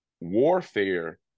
warfare